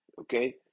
Okay